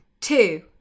two